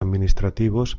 administrativos